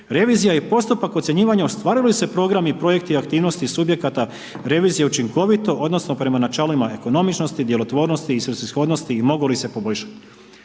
Revizija i postupak ocjenjivanja ostvaruju li se programi i projekti aktivnosti subjekata revizije učinkovito odnosno prema načelima ekonomičnosti, djelotvornosti, svrsishodnosti i mogu li se poboljšati.